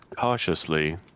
cautiously